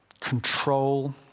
control